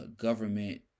government